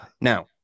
now